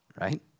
right